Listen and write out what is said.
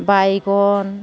बायगन